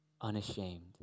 unashamed